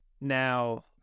Now